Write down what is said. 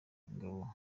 ingabo